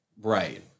Right